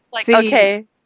Okay